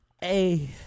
Hey